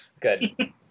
Good